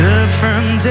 Different